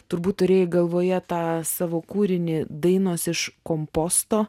turbūt turėjai galvoje tą savo kūrinį dainos iš komposto